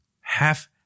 Half